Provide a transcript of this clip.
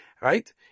right